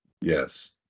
yes